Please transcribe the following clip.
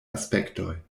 aspektoj